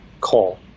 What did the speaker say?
call